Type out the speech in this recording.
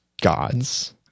gods